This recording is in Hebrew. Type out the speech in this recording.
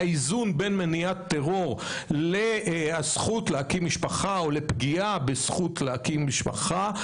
והאיזון בין מניעת טרור לזכות להקים משפחה או לפגיעה בזכות זו,